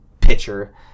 pitcher